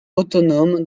autonome